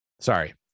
Sorry